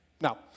Now